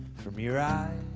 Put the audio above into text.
from your eyes